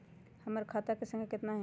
हमर खाता के सांख्या कतना हई?